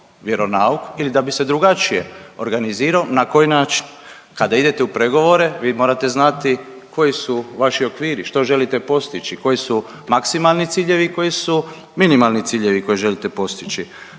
vjeronauk ili da bi se drugačije organizirano, na koji način. Kada idete u pregovore vi morate znati koji su vaši okviri, što želite postići, koji su maksimalni ciljevi i koji su minimalni ciljevi koje želite postići.